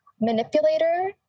manipulator